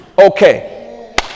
Okay